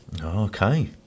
Okay